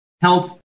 health